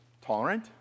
Tolerant